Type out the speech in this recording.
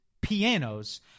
pianos